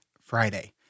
Friday